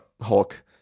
Hulk